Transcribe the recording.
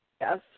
Yes